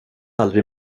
aldrig